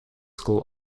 school